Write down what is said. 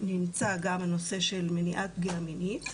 נמצא גם הנושא של מניעת פגיעה מינית,